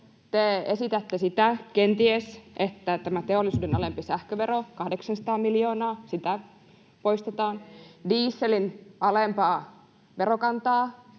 te esitätte sitä, kenties, että tämä teollisuuden alempi sähkövero, 800 miljoonaa, sitä poistetaan, [Kokoomuksen